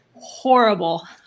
Horrible